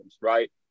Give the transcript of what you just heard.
right